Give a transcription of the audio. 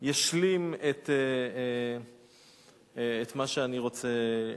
ישלים את מה שאני רוצה,